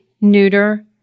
neuter